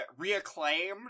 reacclaimed